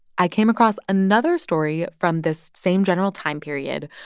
i came across another story from this same general time period,